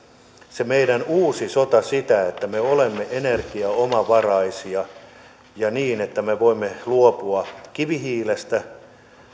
se meidän uusi sota sitä että me olemme energiaomavaraisia niin että me voimme luopua kivihiilestä